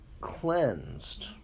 cleansed